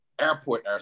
airport